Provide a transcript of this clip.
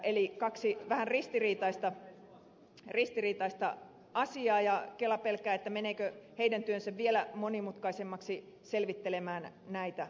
eli kaksi vähän ristiriitaista asiaa ja kela pelkää että heidän työnsä menee vielä monimutkaisemmaksi selvitellessä näitä asioita